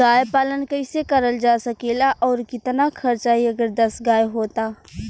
गाय पालन कइसे करल जा सकेला और कितना खर्च आई अगर दस गाय हो त?